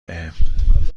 بهم